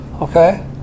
Okay